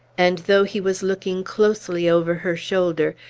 and though he was looking closely over her shoulder,